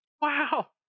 Wow